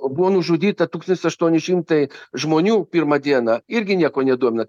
buvo nužudyta tūkstantis aštuoni šimtai žmonių pirmą dieną irgi nieko nedomina